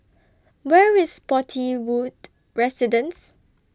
Where IS Spottiswoode Residences